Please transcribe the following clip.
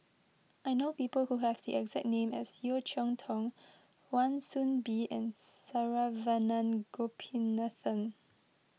I know people who have the exact name as Yeo Cheow Tong Wan Soon Bee and Saravanan Gopinathan